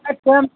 same